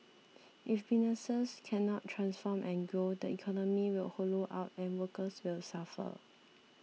if businesses cannot transform and grow the economy will hollow out and workers will suffer